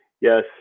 Yes